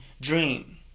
dream